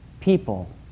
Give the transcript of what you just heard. people